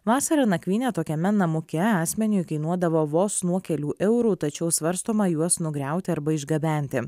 vasarą nakvynė tokiame namuke asmeniui kainuodavo vos nuo kelių eurų tačiau svarstoma juos nugriauti arba išgabenti